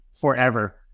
forever